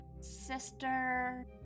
sister